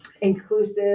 inclusive